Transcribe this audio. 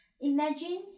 Imagine